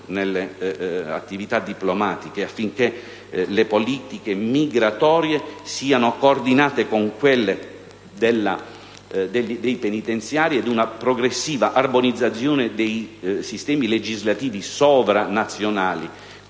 nelle attività diplomatiche, affinché le politiche migratorie siano coordinate con quelle penitenziarie, e una progressiva armonizzazione dei sistemi legislativi sovranazionali,